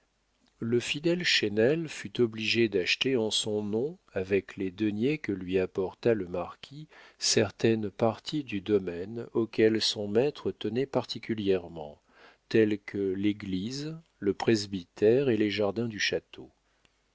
le fidèle chesnel fut obligé d'acheter en son nom avec les deniers que lui apporta le marquis certaines parties du domaine auxquelles son maître tenait particulièrement telles que l'église le presbytère et les jardins du château